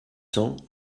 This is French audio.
cents